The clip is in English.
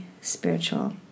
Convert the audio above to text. spiritual